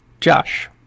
Josh